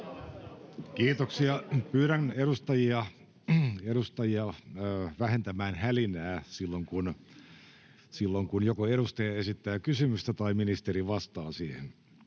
Kiitoksia. — Pyydän edustajia vähentämään hälinää silloin, kun joku edustaja esittää kysymystä tai ministeri vastaa siihen.